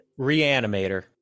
Reanimator